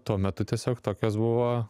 tuo metu tiesiog tokios buvo